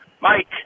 Mike